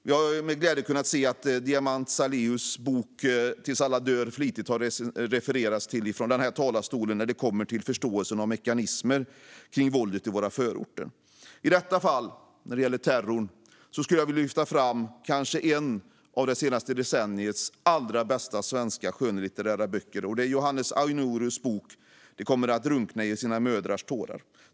Jag har med glädje kunnat höra att man flitigt refererat till Diamant Salihus bok Tills alla dör i den här talarstolen beträffande förståelsen för mekanismer kring våldet i våra förorter. I detta fall, när det gäller terrorn, skulle jag vilja lyfta fram en av det senaste decenniets kanske allra bästa svenska skönlitterära böcker, nämligen Johannes Anyurus bok De kommer att drunkna i sina mödrars tårar .